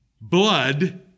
blood